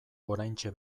oraintxe